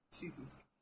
jesus